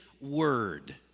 word